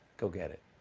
go get it.